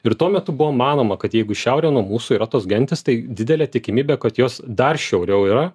ir tuo metu buvo manoma kad jeigu į šiaurę nuo mūsų yra tos gentys tai didelė tikimybė kad jos dar šiauriau yra